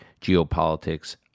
geopolitics